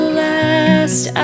last